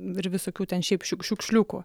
ir visokių ten šiaip šiukšliukų